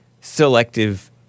Selective